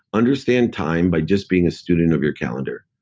understand time by just being a student of your calendar.